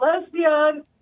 lesbian